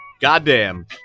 Goddamn